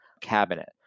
cabinet